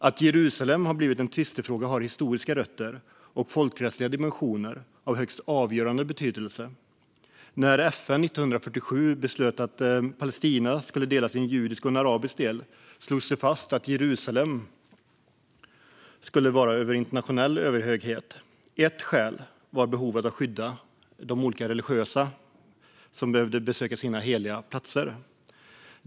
Att Jerusalem har blivit en tvistefråga har historiska rötter och folkrättsliga dimensioner av högst avgörande betydelse. När FN 1947 beslöt att Palestina skulle delas i en judisk och en arabisk del slogs det fast att Jerusalem skulle stå under internationell överhöghet. Ett skäl var behovet av att skydda religiösa som behöver besöka sina heliga platser.